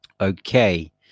Okay